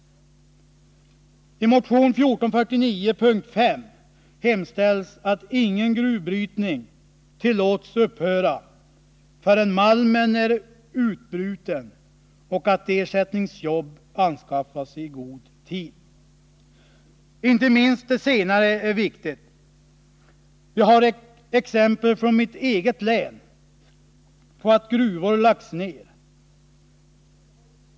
I motion 1449, punkt 5, hemställs att ingen gruvbrytning tillåts upphöra förrän malmen är utbruten och att ersättningsjobb anskaffas i god tid. Inte minst det senare är viktigt. Vi har exempel från mitt län på att gruvor lagts ned.